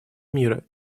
мира